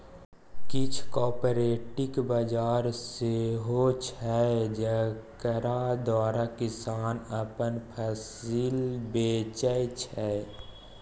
किछ कॉपरेटिव बजार सेहो छै जकरा द्वारा किसान अपन फसिल बेचै छै